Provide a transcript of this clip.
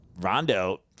Rondo